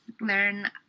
Learn